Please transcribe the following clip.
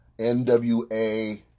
NWA